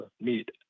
meet